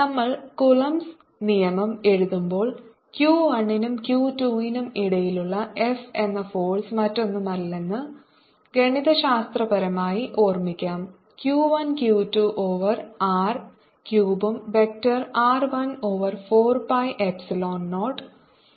നമ്മൾ കൊളംബ്സ് നിയമം എഴുതുമ്പോൾ Q 1 നും Q 2 നും ഇടയിലുള്ള F എന്ന ഫോഴ്സ് മറ്റൊന്നുമല്ലെന്ന് ഗണിതശാസ്ത്രപരമായി ഓർമിക്കാം Q 1 Q 2 ഓവർ r ക്യൂബും vector r 1 over 4 pi epsilon 0